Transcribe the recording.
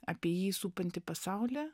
apie jį supantį pasaulį